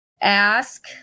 Ask